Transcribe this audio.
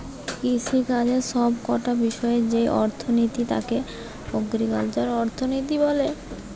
কৃষিকাজের সব কটা বিষয়ের যেই অর্থনীতি তাকে এগ্রিকালচারাল অর্থনীতি বলে